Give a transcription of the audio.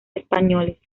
españoles